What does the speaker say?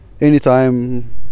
anytime